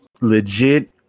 legit